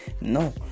No